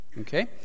okay